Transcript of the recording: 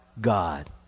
God